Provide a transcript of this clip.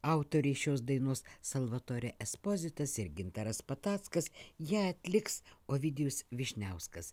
autoriai šios dainos salvatore espozitas ir gintaras patackas ją atliks ovidijus vyšniauskas